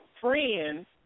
friends